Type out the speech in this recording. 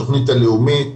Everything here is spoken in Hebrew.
התכנית הלאומית,